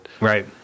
Right